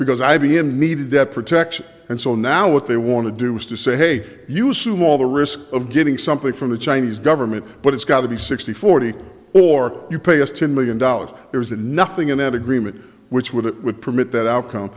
because i b m needed that protection and so now what they want to do is to say hey you sue wall the risk of getting something from the chinese government but it's got to be sixty forty or your previous ten million dollars there's a nothing in an agreement which would it would permit that outcome